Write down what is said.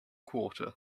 quarter